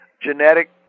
genetic